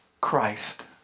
Christ